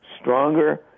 stronger